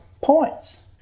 points